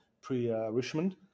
pre-Richmond